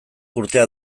urteak